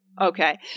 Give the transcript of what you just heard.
Okay